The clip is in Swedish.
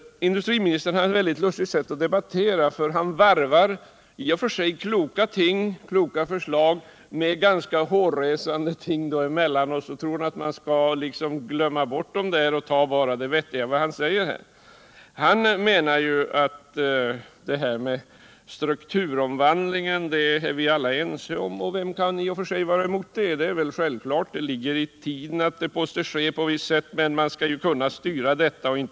Industriministern har ett lustigt sätt att debattera. Han varvar i och för sig kloka förslag med ganska hårresande ting, och så tror han att man skall glömma bort det okloka och ta bara det vettiga. Industriministern menar att vi alla är ense i fråga om strukturomvandlingen. Ja, vem kan i och för sig vara emot den? Det ligger ju i tiden att en strukturomvandling måste ske, men man måste ju kunna styra den.